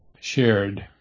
shared